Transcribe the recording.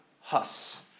Huss